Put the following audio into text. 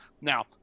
Now